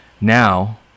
now